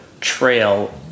trail